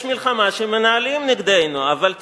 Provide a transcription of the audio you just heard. יש מלחמה שמנהלים נגדנו, אבל תתעוררו,